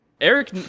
Eric